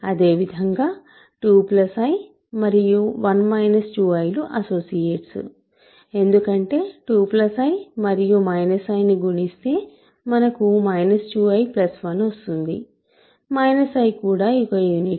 అదేవిధంగా 2 i మరియు 1 2i లు అసోసియేట్స్ ఎందుకంటే 2 i మరియు i ని గుణిస్తే మనకు 2i 1 వస్తుంది i కూడా యూనిట్